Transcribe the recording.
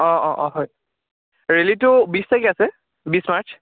অঁ অঁ অঁ হয় ৰেলীটো বিছ তাৰিখে আছে বিছ মাৰ্চ